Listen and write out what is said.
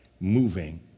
moving